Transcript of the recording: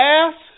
ask